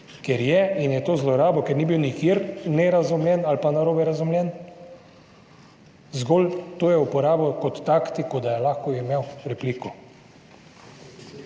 ker je in je to zlorabil, ker ni bil nikjer nerazumljen ali pa narobe razumljen, zgolj to je uporabil kot taktiko, da je lahko imel repliko.